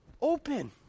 Open